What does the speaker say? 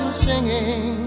singing